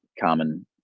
common